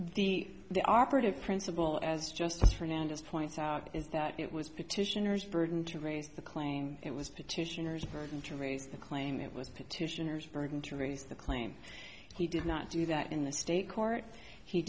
the the operative principle as justice fernando's points out is that it was petitioners burden to raise the claim it was petitioners burden to raise the claim it was petitioners burden to raise the claim he did not do that in the state court he